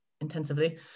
intensively